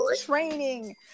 training